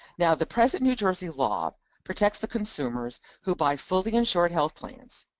now the present new jersey law protects the consumers who buy fully insured health claims,